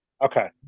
Okay